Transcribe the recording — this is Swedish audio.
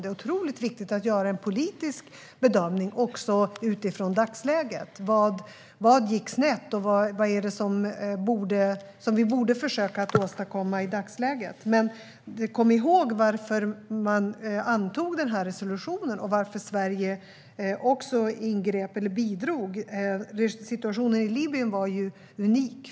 Det är otroligt viktigt att göra en politisk bedömning också utifrån dagsläget. Vad gick snett, och vad borde vi försöka åstadkomma i dagsläget? Men kom ihåg varför man antog den här resolutionen och varför Sverige också bidrog! Situationen i Libyen var unik.